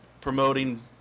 promoting